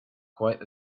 quite